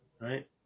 right